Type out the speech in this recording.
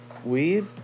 weed